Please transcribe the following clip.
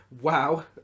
wow